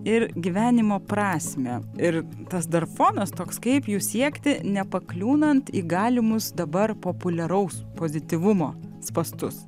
ir gyvenimo prasmę ir tas dar fonas toks kaip jų siekti nepakliūnant į galimus dabar populiaraus pozityvumo spąstus